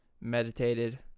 meditated